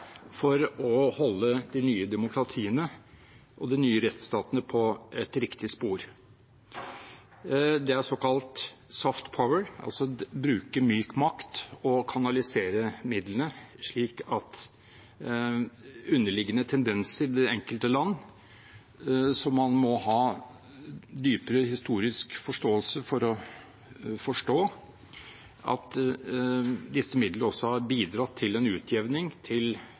for å holde de nye demokratiene og de nye rettsstatene på et riktig spor. Det er såkalt «soft power», altså å bruke myk makt og kanalisere midlene mot underliggende tendenser i det enkelte land. Man må ha dypere historisk forståelse for å forstå at disse midlene også har bidratt til en utjevning, til